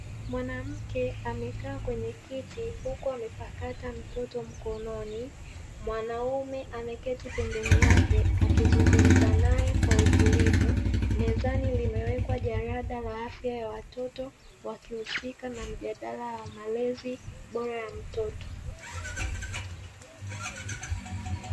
Mwanamke amekaa kwenye kiti huku amepakata mtoto mkononi, mwanaume ameketi pembeni yake akizungumza naye kwa utulivu, mezani limewekwa jarada la afya ya watoto wakihusika na mjadala wa malezi bora ya mtoto.